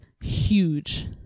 huge